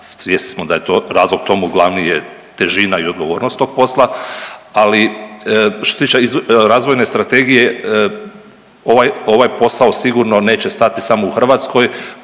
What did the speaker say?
svjesni smo da je to, razlog tomu glavni je težina i odgovornost tog posla, ali što se tiče razvojne strategije, ovaj posao sigurno neće stati samo u Hrvatskoj,